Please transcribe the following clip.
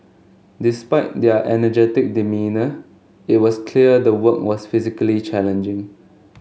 despite their energetic demeanour it was clear the work was physically challenging